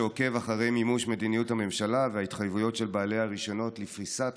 שעוקב אחרי מימוש מדיניות הממשלה וההתחייבויות של בעלי הרישיונות לפריסת